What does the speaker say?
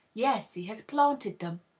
yes, he has planted them.